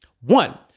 One